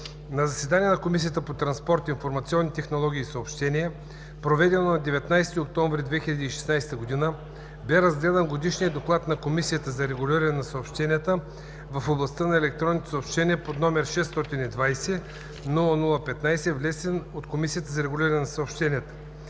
На заседание на Комисията по транспорт, информационни технологии и съобщения, проведено на 19 октомври 2016 г., бе разгледан Годишният доклад на Комисията за регулиране на съобщенията в областта на електронните съобщения, № 620-00-15, внесен от Комисията за регулиране на съобщенията.